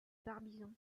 barbizon